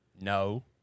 No